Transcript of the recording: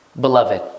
beloved